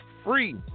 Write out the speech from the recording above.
Free